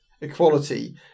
equality